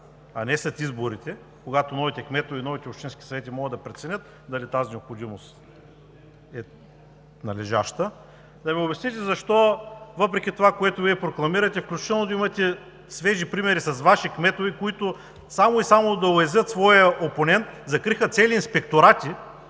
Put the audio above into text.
а не след изборите, когато новите кметове и новите общински съвети могат да преценят дали тази необходимост е належаща, да ми обясните защо? Въпреки това, което Вие прокламирате, включително имате свежи примери с Ваши кметове, които само и само да уязвят своя опонент, закриха цели инспекторати,